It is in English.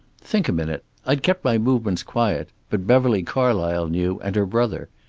think a minute i'd kept my movements quiet, but beverly carlysle knew, and her brother.